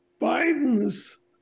Biden's